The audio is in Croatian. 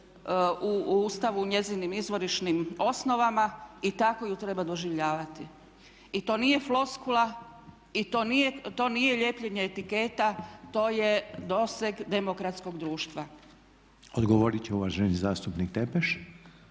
u Ustavu u njezinim izvorišnim osnovama i tako ju treba doživljavati. I to nije floskula i to nije lijepljenje etiketa, to je doseg demokratskog društva. **Reiner, Željko (HDZ)** Odgovorit će uvaženi zastupnik Tepeš.